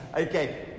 Okay